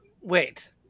Wait